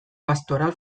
pastoral